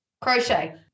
Crochet